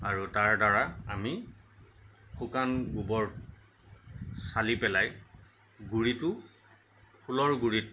আৰু তাৰদ্বাৰা আমি শুকান গোবৰ চালি পেলাই গুৰিটো ফুলৰ গুৰিত